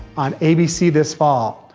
on abc this fall.